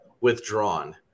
withdrawn